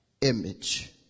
image